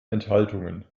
enthaltungen